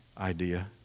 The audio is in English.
idea